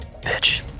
Bitch